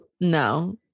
no